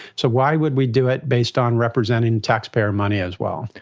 so why would we do it based on representing taxpayer money as well?